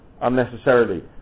unnecessarily